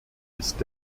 ist